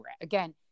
again